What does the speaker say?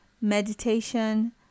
meditation